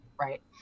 right